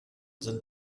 sind